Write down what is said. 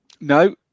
No